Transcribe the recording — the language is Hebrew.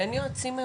אין יועצים?